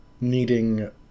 needing